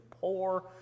poor